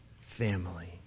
family